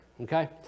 Okay